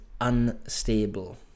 unstable